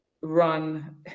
run